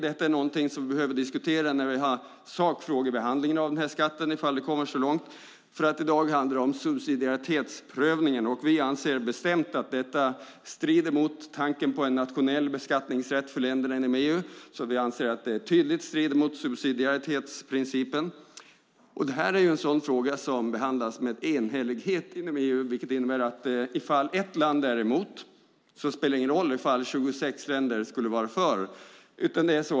Det är någonting som vi behöver diskutera när vi har sakfrågebehandlingen av skatten, ifall det kommer så långt. I dag handlar det om subsidiaritetsprövningen. Vi anser bestämt att detta strider mot tanken på en nationell beskattningsrätt för länderna inom EU. Vi anser att det tydligt strider mot subsidiaritetsprincipen. Detta är en fråga som behandlas med enhällighet inom EU. Det innebär att om ett land är emot spelar det ingen roll om 26 länder skulle vara för.